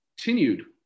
continued